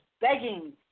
begging